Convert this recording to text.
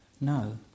no